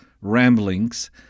ramblings